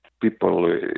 people